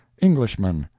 englishman.